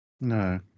No